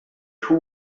two